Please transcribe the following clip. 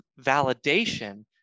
validation